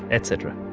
etc.